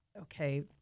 okay